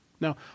now